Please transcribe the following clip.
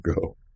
go